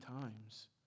times